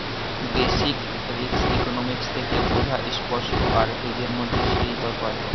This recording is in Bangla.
বেসিক রিস্ক ইকনোমিক্স থেকে বোঝা স্পট আর হেজের মধ্যে যেই তফাৎ